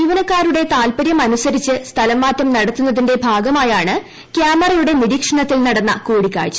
ജീവനക്കാരുടെ താൽപര്യം അനുസരിച്ച് സ്ഥലംമാറ്റം നടത്തുന്നതിന്റെ ഭാഗമായാണ് ക്യാമറയുടെ നിരീക്ഷണത്തിൽ നടന്ന കൂടിക്കാഴ്ച